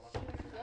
מי נמנע?